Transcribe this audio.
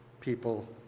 people